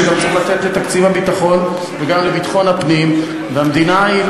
שצריך לתת גם לתקציב הביטחון וגם לתקציב ביטחון הפנים,